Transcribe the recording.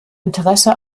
interesse